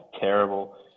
terrible